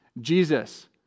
Jesus